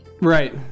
Right